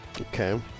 Okay